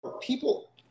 People